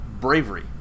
bravery